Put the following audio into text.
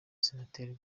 senateri